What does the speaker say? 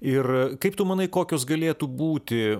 ir kaip tu manai kokios galėtų būti